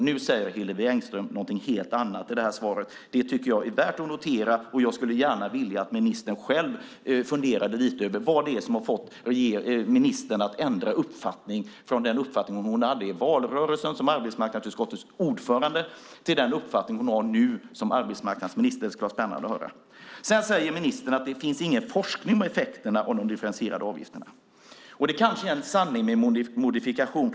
Nu säger Hillevi Engström något helt annat i det här svaret. Det tycker jag är värt att notera, och jag skulle gärna vilja att ministern själv funderade lite över vad det är som har fått ministern att ändra uppfattning från den uppfattning hon hade i valrörelsen som arbetsmarknadsutskottets ordförande till den uppfattning hon har nu som arbetsmarknadsminister. Det skulle vara spännande att höra om det. Sedan säger ministern att det inte finns någon forskning om effekterna av de differentierade avgifterna. Det kanske är en sanning med modifikation.